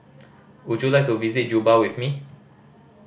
would you like to visit Juba with me